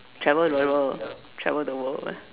travel the world travel the world